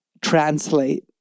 translate